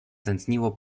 tętniło